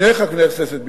שני חברי כנסת בלבד,